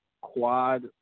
quad